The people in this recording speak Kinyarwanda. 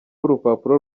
urupapuro